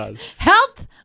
health